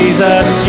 Jesus